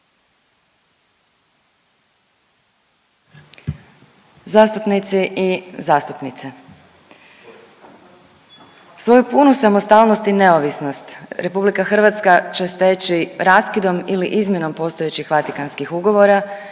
Zastupnici i zastupnice, svoju punu samostalnost i neovisnost RH će steći raskidom ili izmjenom postojećih Vatikanskih ugovora